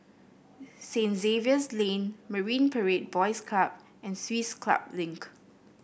Saint Xavier's Lane Marine Parade Boys Club and Swiss Club Link